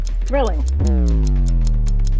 Thrilling